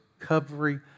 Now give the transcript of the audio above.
recovery